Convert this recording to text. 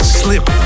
slip